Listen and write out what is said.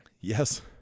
Yes